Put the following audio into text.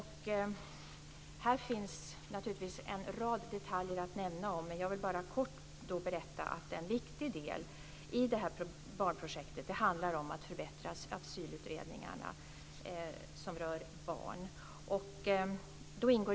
Här finns naturligtvis en rad detaljer att nämna, men jag vill bara kort berätta att en viktig del i barnprojektet är att förbättra de asylutredningar som rör barn.